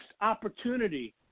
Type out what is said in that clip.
opportunity